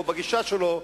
או בגישה שלו,